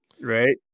Right